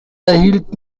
erhielt